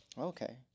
Okay